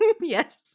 Yes